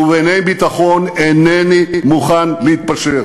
ובענייני ביטחון אינני מוכן להתפשר.